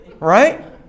Right